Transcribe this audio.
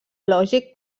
lògic